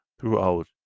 throughout